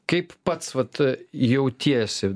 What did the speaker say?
kaip pats vat jautiesi